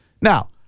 now